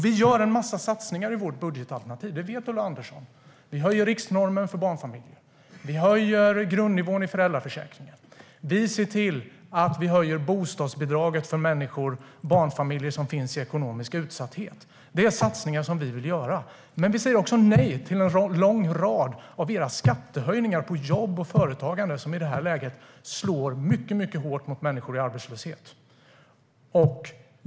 Vi gör en massa satsningar i vårt budgetalternativ, och det vet Ulla Andersson. Vi höjer riksnormen för barnfamiljer, och vi höjer grundnivån i föräldraförsäkringen. Vi ser till att höja bostadsbidraget för människor och barnfamiljer i ekonomisk utsatthet. Det är satsningar vi vill göra. Vi säger dock nej till en lång rad av era skattehöjningar på jobb och företagande, som i det här läget slår mycket hårt mot människor i arbetslöshet.